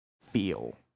feel